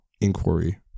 inquiry